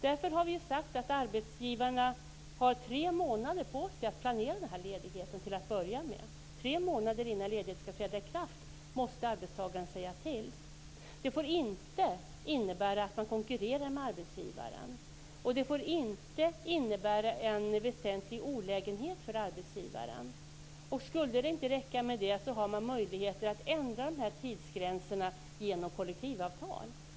Därför har vi sagt att arbetsgivarna har tre månader på sig att planera ledigheten. Tre månader innan ledigheten skall träda i kraft måste arbetstagaren säga till. Ledigheten får inte innebära att löntagaren konkurrerar med arbetsgivaren. Den får inte innebära en väsentlig olägenhet för arbetsgivaren. Skulle det inte räcka med de bestämmelserna har man möjlighet att ändra tidsgränserna genom kollektivavtal.